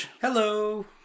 Hello